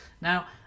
Now